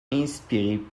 inspiré